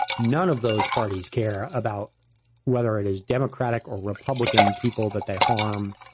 none of those parties care about whether it is democratic or republican people that they harm,